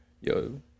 Yo